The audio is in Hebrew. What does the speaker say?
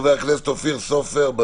חבר הכנסת אופיר סופר שנמצא